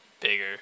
bigger